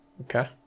Okay